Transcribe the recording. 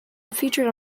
featured